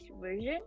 version